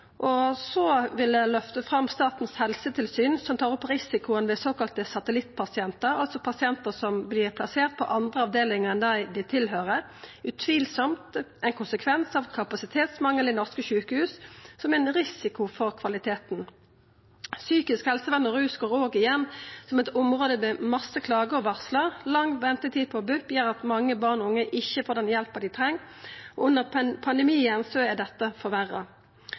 vil eg løfta fram Statens helsetilsyn, som tar opp risikoen ved såkalla satellittpasientar, altså pasientar som vert plasserte på andre avdelingar enn den dei høyrer til, utan tvil ein konsekvens av kapasitetsmangel i norske sjukehus, som er ein risiko for kvaliteten. Psykisk helsevern og rus går òg igjen som eit område med masse klager og varsel. Lang ventetid på BUP gjer at mange barn og unge ikkje får den hjelpa dei treng. Under pandemien er dette forverra.